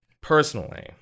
personally